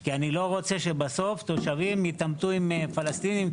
כי אני לא רוצה שבסוף תושבים התעמתו עם פלסטינים,